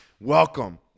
Welcome